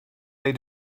they